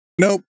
Nope